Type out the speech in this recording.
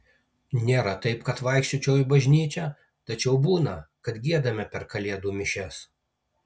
nėra taip kad vaikščiočiau į bažnyčią tačiau būna kad giedame per kalėdų mišias